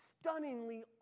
stunningly